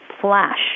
flash